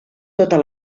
totes